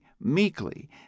meekly